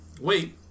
wait